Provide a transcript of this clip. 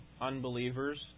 unbelievers